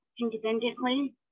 independently